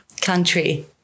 country